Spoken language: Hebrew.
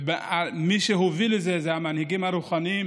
ומי שהוביל לזה זה המנהיגים הרוחניים